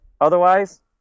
Otherwise